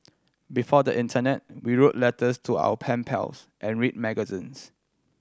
before the internet we wrote letters to our pen pals and read magazines